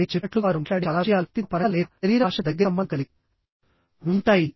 నేను చెప్పినట్లుగా వారు మాట్లాడే చాలా విషయాలు వ్యక్తిత్వ పరంగా లేదా శరీర భాషతో దగ్గరి సంబంధం కలిగి ఉంటాయి